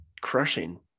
crushing